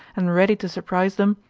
and ready to surprise them,